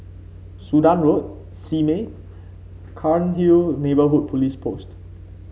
Sudan Road Simei Cairnhill Neighbourhood Police Post